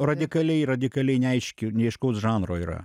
radikaliai radikaliai neaiški neaiškaus žanro yra